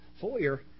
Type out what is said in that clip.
Foyer